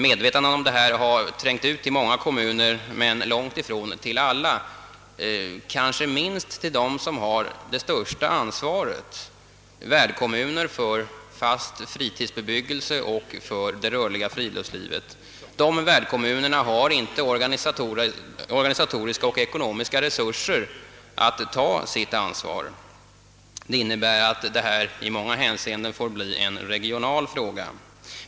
Medvetandet om detta har trängt ut till många kommuner men långt ifrån till alla, kanske minst till dem som har det största ansvaret, d.v.s. värdkommuner för fast fritidsbebyggelse och för det rörliga friluftslivet. Dessa värdkommuner har inte organisatoriska och ekonomiska resurser att ta sitt ansvar. Det innebär att detta i många hänseenden får bli en regional fråga.